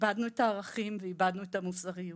איבדנו את הערכים ואיבדנו את המוסריות